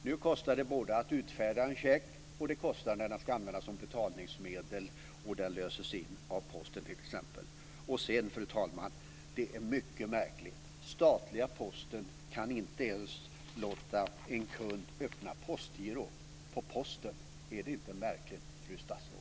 Nu kostar det både att utfärda en check och när den ska användas som betalningsmedel och t.ex. löses in av Posten. Fru talman! Det är mycket märkligt. Statliga Posten kan inte ens låta en kund öppna postgiro på Posten. Är det inte märkligt, fru statsråd?